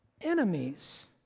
enemies